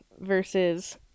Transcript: versus